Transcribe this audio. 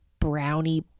brownie